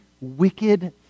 wicked